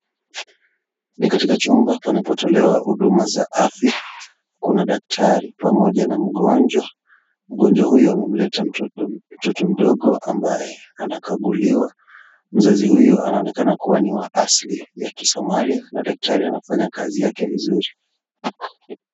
Ni katika chumba panapotolewa huduma za afya, kuna daktari pamoja na mgonjwa, mgonjwa huyu amemleta mtoto mdogo ambaye anakaguliwa, mzazi huyu anaonekana kuwa ni wa asili ya kisomali na daktari anafanya kazi yake vizuri.